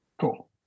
Cool